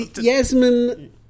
Yasmin